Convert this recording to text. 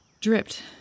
dripped